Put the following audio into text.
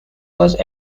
was